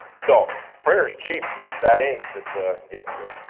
so printer's cheap, it's that ink that gets you.